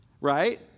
right